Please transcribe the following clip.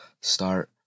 start